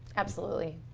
absolutely.